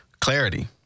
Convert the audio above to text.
Clarity